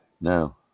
No